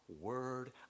word